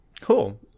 Cool